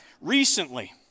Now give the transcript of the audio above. recently